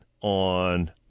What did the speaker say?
on